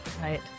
Right